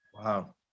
Wow